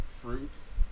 fruits